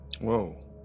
Whoa